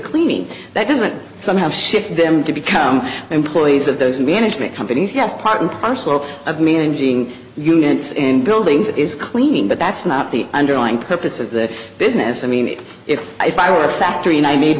cleaning that doesn't somehow shift them to become employees of those management companies just part and parcel of managing units and buildings is cleaning but that's not the underlying purpose of the business i mean if i were a factory and i made